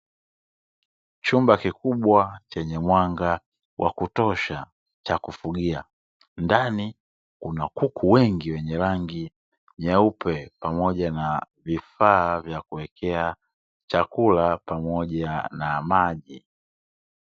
Chumba kikubwa chenye mwanga wa kutosha cha kufugia, ndani kuna kuku wengi wenye rangi nyeupe pamoja na vifaa vya kuwekea chakula pamoja na maji.